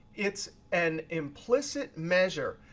it's an implicit measure.